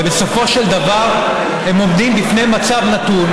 ובסופו של דבר הם עומדים בפני מצב נתון